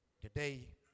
Today